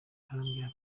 arambwira